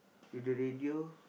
with the radio